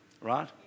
Right